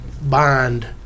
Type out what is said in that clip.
Bond